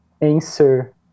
answer